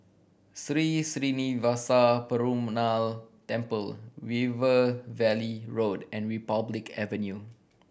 Sri Srinivasa Perumal Temple River Valley Road and Republic Avenue